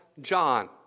John